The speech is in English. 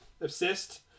obsessed